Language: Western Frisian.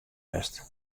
west